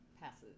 passes